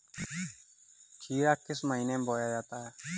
खीरा किस महीने में बोया जाता है?